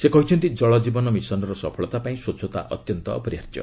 ସେ କହିଛନ୍ତି କଳକୀବନ ମିଶନ୍ର ସଫଳତା ପାଇଁ ସ୍ୱଚ୍ଚତା ଅତ୍ୟନ୍ତ ଅପରିହାର୍ଯ୍ୟ